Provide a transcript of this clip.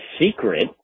secret